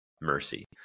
mercy